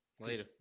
Later